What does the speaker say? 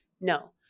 No